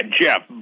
Jeff